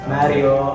Mario